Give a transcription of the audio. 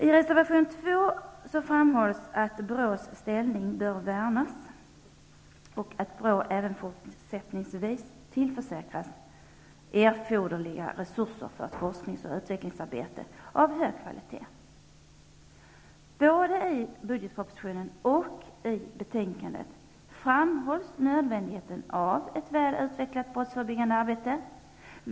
I reservation 2 framhålls att BRÅ:s ställning bör värnas och att BRÅ även fortsättningsvis tillförsäkras erforderliga resurser för ett forskningsoch utvecklingsarbete av hög kvalitet. Såväl i budgetpropositionen som i betänkandet framhålls nödvändigheten av ett väl utvecklat brottsförebyggande arbete.